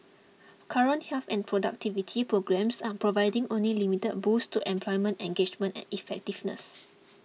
current health and productivity programmes are providing only limited boosts to employment engagement and effectiveness